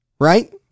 right